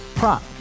Prop